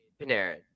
Panarin